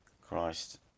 Christ